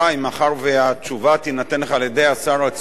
מאחר שהתשובה תינתן לך על-ידי השר עצמו,